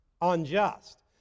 unjust